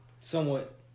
Somewhat